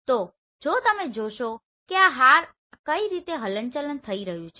તો જો તમે જોશો કે આ આ રીતે હલન ચલન થય રહી છે